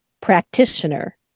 practitioner